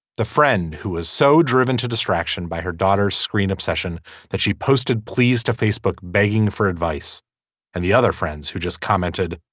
the friend who is so driven to distraction by her daughter's screen obsession that she posted please to facebook begging for advice and the other friends who just commented.